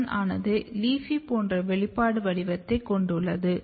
AP1 ஆனது LEAFY போன்ற வெளிப்பாடு வடிவத்தைக் கொண்டுள்ளது